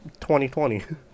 2020